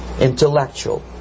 intellectual